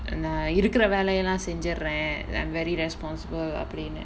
நா இருக்குர வேலைலாம் செஞ்சிறேன்:naa irukura velailaam senjirraen then I am very responsible அப்புடின்டு:appudindu